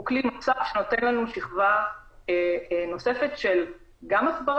הוא כלי נוסף שנותן לנו שכבה נוספת של הסברה,